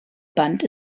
band